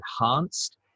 enhanced